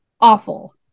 awful